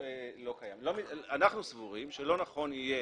אנחנו סבורים שלא נכון יהיה